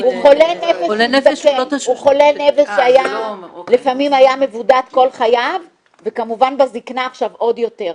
הוא חולה נפש שהיה לפעמים מבודד כל חייו וכמובן בזקנה עוד יותר.